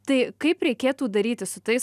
tai kaip reikėtų daryti su tais